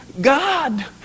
God